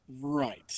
Right